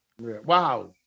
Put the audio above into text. Wow